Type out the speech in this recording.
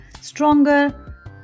stronger